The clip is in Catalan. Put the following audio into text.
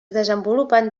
desenvolupen